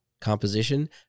composition